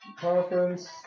conference